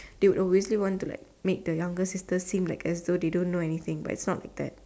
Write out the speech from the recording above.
the will obviously want to like make the younger sister seem as though as they don't know anything like that